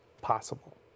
possible